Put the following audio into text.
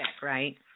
right